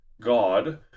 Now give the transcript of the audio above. God